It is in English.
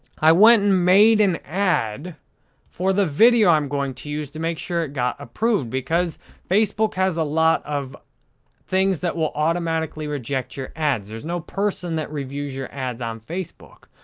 i went and made an ad for the video i'm going to use to make sure it got approved because facebook has a lot of things that will automatically reject your ad. there's no person that reviews your ads on facebook.